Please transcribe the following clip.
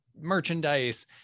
merchandise